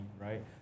Right